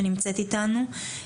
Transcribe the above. שנמצאת איתנו.